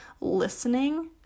listening